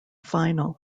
final